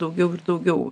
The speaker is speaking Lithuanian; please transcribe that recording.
daugiau ir daugiau